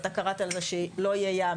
אתה קראת על זה שלא יהיה ים,